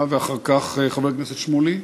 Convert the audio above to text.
אחר כך, חבר הכנסת שמולי.